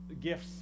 gifts